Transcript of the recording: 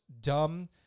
dumb